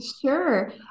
Sure